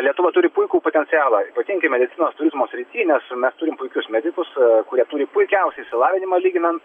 lietuva turi puikų potencialą ypatingai medicinos turizmo srity nes mes turim puikius medikus kurie turi puikiausią išsilavinimą lyginant